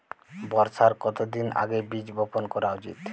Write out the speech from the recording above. বর্ষার কতদিন আগে বীজ বপন করা উচিৎ?